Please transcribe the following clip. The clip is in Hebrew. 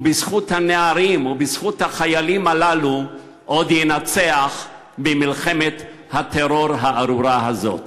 ובזכות הנערים ובזכות החיילים הללו עוד ינצח במלחמת הטרור הארורה הזאת.